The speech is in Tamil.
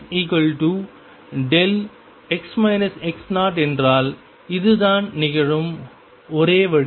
fxδ என்றால் இதுதான் நிகழும் ஒரே வழி